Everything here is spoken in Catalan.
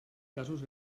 casos